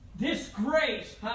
Disgrace